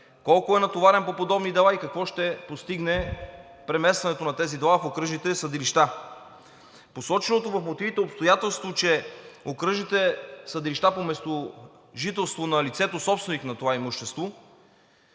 колко е натоварен по подобни дела и какво ще постигне преместването на тези дела в окръжните съдилища. Посоченото в мотивите обстоятелство, че окръжните съдилища по местожителство на лицето – собственик на това имущество,